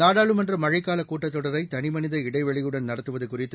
நாடாளுமன்ற மழைக்கால கூட்டத் தொடரை தனிமனித இடைவெளியுடன் நடத்துவது குறித்து